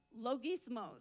logismos